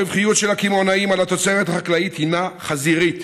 הרווחיות של הקמעונאים על התוצרת החקלאית היא חזירית,